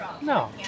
No